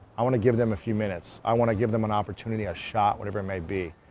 i wanna give them a few minutes, i wanna give them an opportunity, a shot, whatever it may be.